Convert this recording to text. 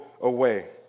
away